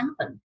happen